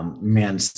Man